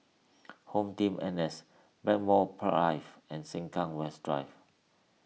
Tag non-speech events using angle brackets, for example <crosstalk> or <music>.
<noise> HomeTeam N S Blackmore <unintelligible> and Sengkang West Drive